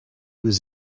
was